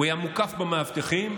הוא היה מוקף במאבטחים,